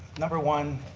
number one,